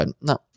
No